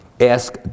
ask